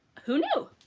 who knew!